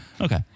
Okay